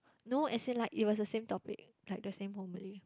no as in like it was the same topic like the same homily